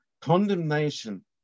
condemnation